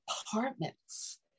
apartments